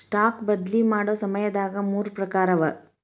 stock ಬದ್ಲಿ ಮಾಡೊ ಸಮಯದಾಗ ಮೂರ್ ಪ್ರಕಾರವ